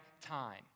time